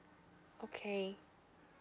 okay